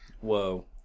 Whoa